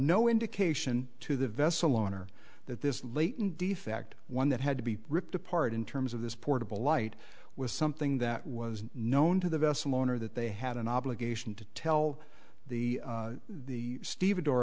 no indication to the vessel owner that this latent defect one that had to be ripped apart in terms of this portable light was something that was known to the vessel owner that they had an obligation to tell the the steve